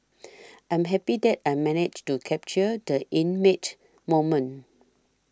I'm happy that I managed to capture the inmate moment